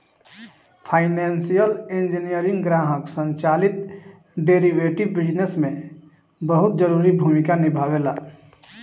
financial engineering ग्राहक संचालित derivative business में बहुत जरूरी भूमिका निभावेला